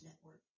Network